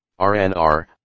rnr